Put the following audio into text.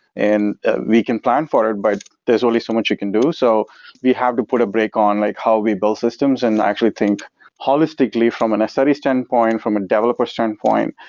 and ah we can plan for it, but there's only so much you can do. so you have to put a break on like how we build systems and actually think holistically from in a study standpoint, from a developer standpoint,